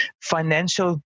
financial